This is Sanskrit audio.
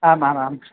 आम् आम् आं